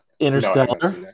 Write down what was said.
interstellar